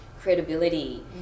credibility